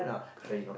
correct